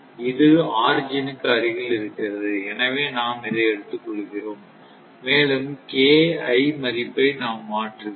இது ஆரிஜினுக்கு அருகில் இருக்கிறது எனவே நாம் இதை எடுத்துக் கொள்கிறோம் மேலும் மதிப்பை நாம் மாற்றுகிறோம்